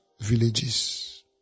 villages